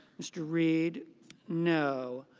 mr. reed no.